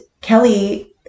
Kelly